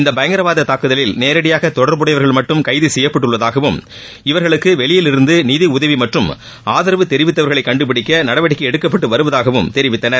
இந்த பயங்கரவாத தாக்குதலில் நேரடியாக தொடர்புடையவர்கள் மட்டும் கைது செய்யப்பட்டுள்ளதாகவும் இவர்களுக்கு வெளியிலிருந்து நிதி உதவி மற்றும் ஆதரவு தெரிவித்தவர்களை கண்டுபிடிக்க நடவடிக்கை எடுக்கப்பட்டு வருவதாகவும் தெரிவித்தனர்